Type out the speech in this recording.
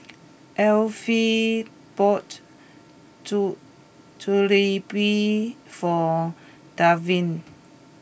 Alfred bought Jalebi for Delvin